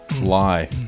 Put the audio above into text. lie